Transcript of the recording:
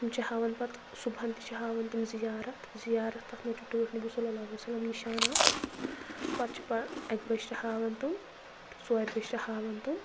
تِم چھِ ہاوان پَتہٕ صُبحَن تہِ چھِ ہاوان تِم زِیارتھ زِیارتھ تَتھ منٛز چھُ ٹٲٹھ نبی صَلَّی اللہ عَلَیہِ وَسَلَم نِشان اَکھ پَتہٕ چھِ پران اَکہِ بَجہِ چھِ ہاوان تِم ژورِ بَجہِ چھِ ہاوان تِم